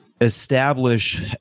establish